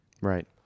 Right